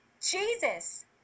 Jesus